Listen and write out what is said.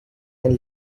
and